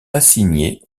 assigné